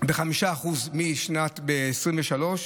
ב-5% בשנת 2023,